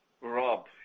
Rob